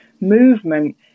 movement